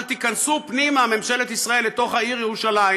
אבל תיכנסו פנימה, ממשלת ישראל, לתוך העיר ירושלים